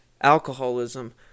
alcoholism